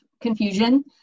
confusion